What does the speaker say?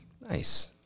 Nice